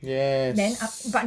yes